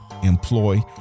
employ